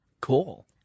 Cool